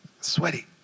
Sweaty